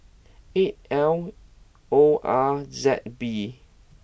eight L O R Z B